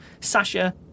Sasha